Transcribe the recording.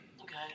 Okay